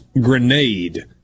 grenade